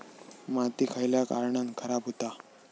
माती खयल्या कारणान खराब हुता?